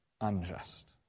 unjust